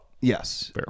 Yes